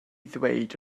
ddweud